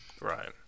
right